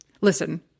Listen